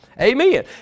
Amen